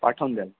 पाठवून द्याल